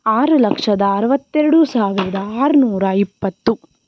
ಆರು ಲಕ್ಷದ ಅರವತ್ತೆರಡು ಸಾವಿರದ ಆರುನೂರ ಇಪ್ಪತ್ತು